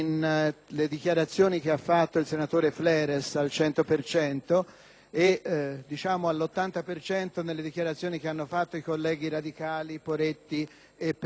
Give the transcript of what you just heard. e, diciamo, all'80 per cento nelle dichiarazioni che hanno fatto i colleghi radicali Poretti e Perduca. Pertanto, il mio voto è di astensione. [DI